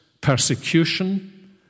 persecution